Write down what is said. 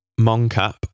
Moncap